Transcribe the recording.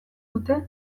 dute